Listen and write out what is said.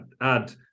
add